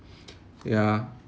yeah